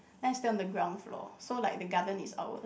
then I stay on the ground floor so like the garden is ours